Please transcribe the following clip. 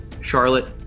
Charlotte